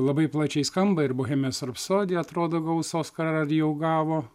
labai plačiai skamba ir bohemijos rapsodija atrodo gaus oskarą ar jau gavo